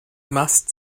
must